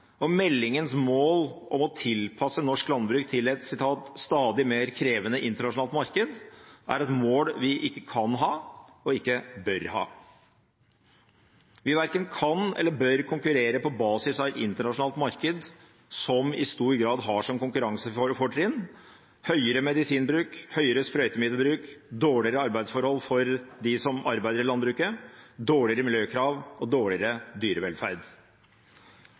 og meldingens mål om å tilpasse norsk landbruk til et «stadig mer krevende internasjonalt marked» er et mål vi ikke kan ha og ikke bør ha. Vi verken kan eller bør konkurrere på basis av et internasjonalt marked som i stor grad har som konkurransefortrinn høyere medisinbruk, høyere sprøytemiddelbruk, dårligere arbeidsforhold for dem som arbeider i landbruket, dårligere miljøkrav og dårligere dyrevelferd.